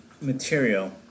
material